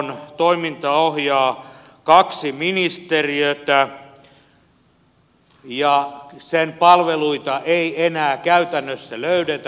sen toimintaa ohjaa kaksi ministeriötä ja sen palveluita ei enää käytännössä löydetä